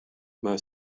mar